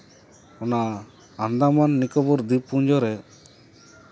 ᱚᱱᱟ ᱟᱱᱫᱟᱢᱟᱱ ᱱᱤᱠᱳᱵᱚᱨ ᱫᱤᱯᱯᱩᱧᱡᱚ ᱨᱮ